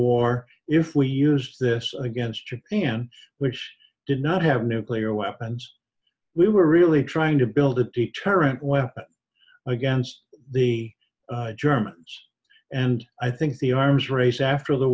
war if we use this against japan which did not have nuclear weapons we were really trying to build a deterrent weapon against the germans and i think the arms race after the